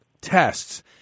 tests